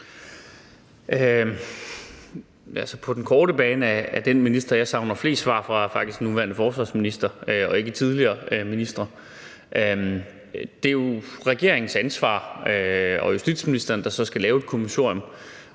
på den korte bane er den minister, jeg savner flest svar fra, faktisk den nuværende forsvarsminister og ikke tidligere ministre. Det er jo regeringens ansvar, og det er justitsministeren, der så skal lave et kommissorium.